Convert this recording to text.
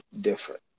different